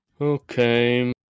Okay